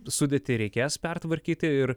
sudėtį reikės pertvarkyti ir